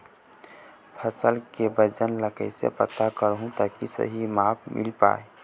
फसल के वजन ला कैसे पता करहूं ताकि सही मापन मील पाए?